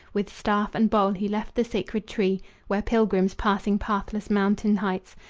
with staff and bowl he left the sacred tree where pilgrims, passing pathless mountain-heights,